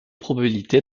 probabilité